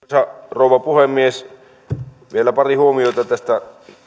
arvoisa rouva puhemies vielä pari huomiota tästä tarkastusvaliokunnan mietinnöstä kun